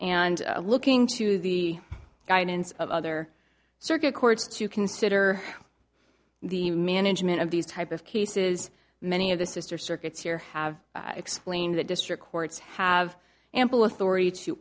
and looking to the guidance of other circuit courts to consider the management of these type of cases many of the sr circuits here have explained that district courts have ample authority to